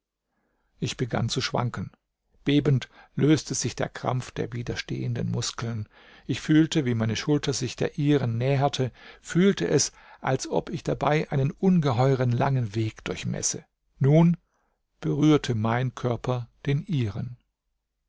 ich begann zu schwanken bebend löste sich der krampf der widerstehenden muskeln ich fühlte wie meine schulter sich der ihren näherte fühlte es als ob ich dabei einen ungeheuren langen weg durchmesse nun berührte mein körper den ihren